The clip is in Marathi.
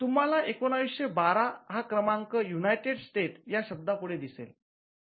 तुम्हाला १९१२ हा क्रमांक युनायटेड स्टेटस् या शब्दा पुढे दिसेल